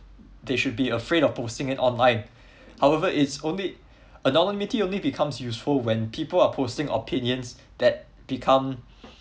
they should be afraid of posting it online however it's only anonymity only becomes useful when people are posting opinions that become